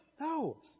No